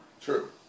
True